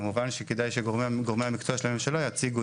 כמובן שכדאי שגורמי המקצוע של הממשלה יציגו,